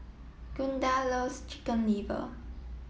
Gunda loves chicken liver